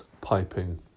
Piping